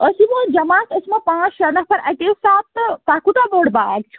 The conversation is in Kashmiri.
أسۍ یِمو جماعت أسۍ یِمو پانٛژھ شےٚ نَفَر اَکے ساتہٕ تہٕ تۄہہِ کوٗتاہ بوٚڑ باغ چھُ